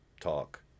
talk